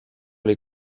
les